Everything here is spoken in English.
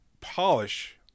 polish